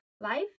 life